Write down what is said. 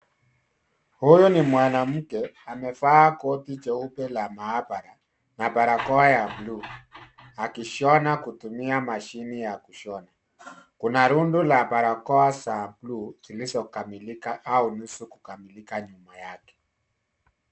Huyu ni mwanamke amevaa koti jeupe la maabara na barakoa ya bluu akishona kutumia mashine ya kushona. Kuna rundo la barakoa za bluu zilizokamilika au nusu kukamilika nyuma yake.